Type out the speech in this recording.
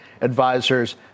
Advisors